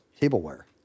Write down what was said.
tableware